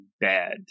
bad